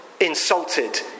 insulted